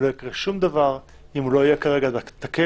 לא יקרה שום דבר אם הוא לא יהיה כרגע תקף.